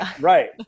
Right